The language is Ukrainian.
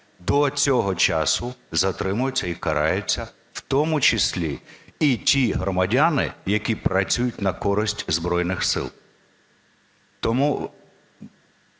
до цього часу затримуються і караються, в тому числі, і ті громадяни, які працюють на користь Збройних Сил.